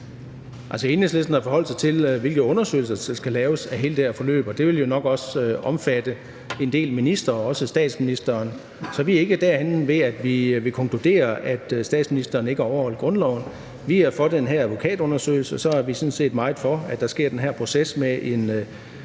Enhedslisten har forholdt sig til, hvilke undersøgelser der skal laves af hele det her forløb, og det vil jo nok også omfatte en del ministre, og altså også statsministeren, så vi er ikke derhenne, hvor vi konkluderer, at statsministeren ikke har overholdt grundloven. Vi er for den her advokatundersøgelse, og så er vi sådan set meget for, at der sker den her proces med at